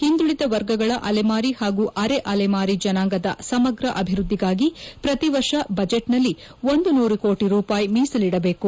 ಹಿಂದುಳಿದ ವರ್ಗಗಳ ಅಲೆಮಾರಿ ಹಾಗೂ ಅರೆ ಅಲೆಮಾರಿ ಜನಾಂಗದ ಸಮಗ್ರ ಅಭಿವೃದ್ಧಿಗಾಗಿ ಪ್ರತಿ ವರ್ಷ ಬಜೆಟ್ನಲ್ಲಿ ಒಂದು ನೂರು ಕೋಟಿ ರೂಪಾಯಿ ಮೀಸಲಿಡಬೇಕು